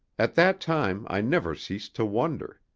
at that time i never ceased to wonder.